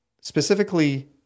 specifically